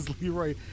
Leroy